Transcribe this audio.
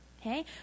Okay